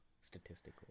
statistically